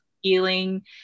healing